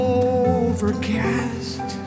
overcast